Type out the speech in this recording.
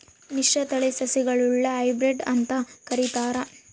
ಮಿಶ್ರತಳಿ ಸಸಿಗುಳ್ನ ಹೈಬ್ರಿಡ್ ಅಂತ ಕರಿತಾರ